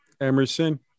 Emerson